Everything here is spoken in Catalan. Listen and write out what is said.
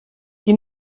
qui